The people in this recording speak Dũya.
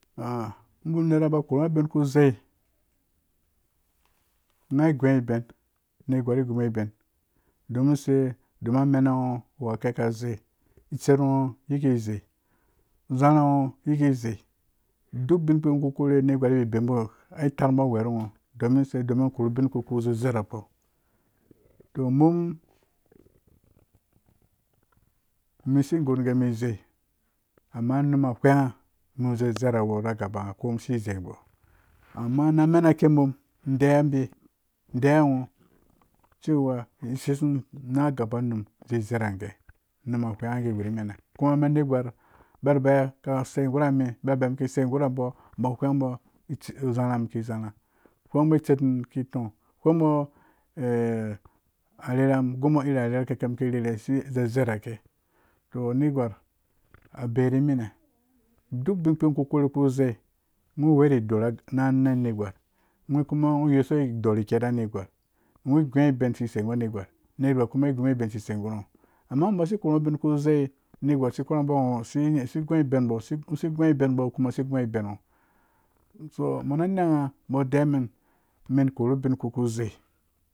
Unera ba korunya ubin ku zai ngha i guõiben a nergwau ai guõmbo uben domin use domin amenangho awu kikazai itser ngh yiki ʒei, duk ubin kuõ ngho ku korhywe a netigwar i rhere i tarmbo uweh ru ngho. domun ngho korhu ubin kpubi ku we zezerakpo. to mun isi gor umum gee mum zei amma unum a whenngha umum uwu zezera who na gabangha komun isi zei mun na amenakin umum ideyiwa abi ideyiwa ngho cewa mun iseimun na gaba unum zeizeragee unum a when gha gee i wuri mini kuma umen anergwa abirabɛ umum kisei guna men birabɛ umum kisei guna bo-mbo whembo uzerha umum ki zerhɛ awhengbo itsermu iki toõ. a whengbo a rerha umun. a guõ bo iri arerha kike mum ki rerhe a zezarake to anetigwar a beyi ri mine duk ubin kpi uku kore ku zei ngho iuwo ri idor na nan a natigwar ngho kuma uyesoɔ idor kei ra natigwar ngho iguõ ben sai gu anetigwar anetigwar kuma ai guõ bo ben isisei guna ngho, amma ubasi karungho ubin ku zei anetigwar asi whembo ngho ngho si guõ ibenbɔɔ ubɔɔ isi guõbo iben ngho. so umɔɔ na nanghe umum koru ubin ku zei.